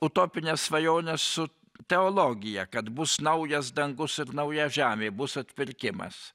utopines svajones su teologija kad bus naujas dangus ir nauja žemė bus atpirkimas